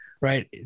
right